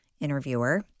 interviewer